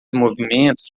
movimentos